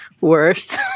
worse